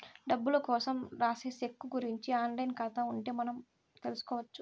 డబ్బులు కోసం రాసే సెక్కు గురుంచి ఆన్ లైన్ ఖాతా ఉంటే మనం తెల్సుకొచ్చు